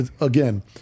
again